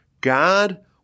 God